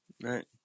Right